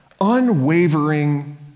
unwavering